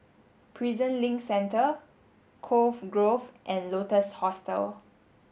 Prison Link Centre Cove Grove and Lotus Hostel